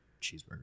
cheeseburger